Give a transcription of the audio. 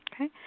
Okay